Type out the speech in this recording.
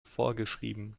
vorgeschrieben